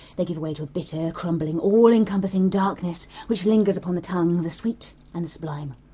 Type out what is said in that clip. they give way to a bitter, crumbling, all-encompassing darkness, which lingers upon the tongue, the sweet and the sublime,